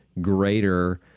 greater